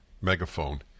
megaphone